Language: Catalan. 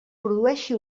produeixi